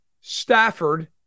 Stafford